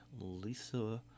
Lisa